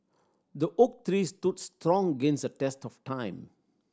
the oak tree stood strong against the test of time